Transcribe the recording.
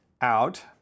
out